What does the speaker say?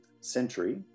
century